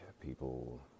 people